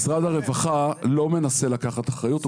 משרד הרווחה לא מנסה לקחת אחריות.